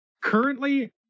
Currently